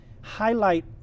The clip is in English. highlight